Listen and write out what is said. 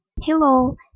Hello